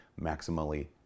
maximally